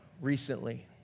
recently